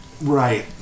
Right